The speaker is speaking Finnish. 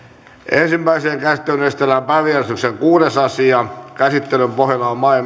ensimmäiseen käsittelyyn esitellään päiväjärjestyksen kuudes asia käsittelyn pohjana on maa ja